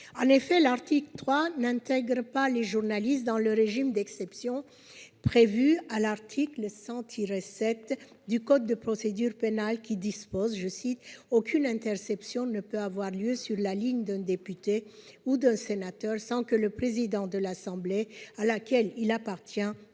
En effet, l'article 3 n'intègre pas les journalistes dans le régime d'exception prévu à l'article 100-7 du code de procédure pénale, qui dispose notamment :« Aucune interception ne peut avoir lieu sur la ligne d'un député ou d'un sénateur sans que le président de l'assemblée à laquelle il appartient